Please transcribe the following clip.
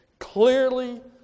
clearly